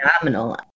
phenomenal